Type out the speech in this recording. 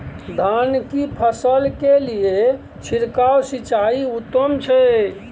धान की फसल के लिये छिरकाव सिंचाई उत्तम छै?